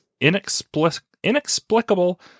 inexplicable